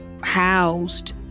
housed